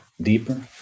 deeper